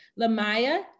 Lamaya